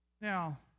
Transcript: Now